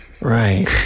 Right